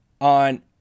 on